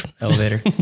elevator